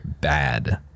Bad